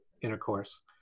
intercourse